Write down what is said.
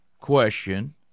question